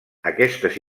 aquestes